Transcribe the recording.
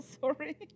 sorry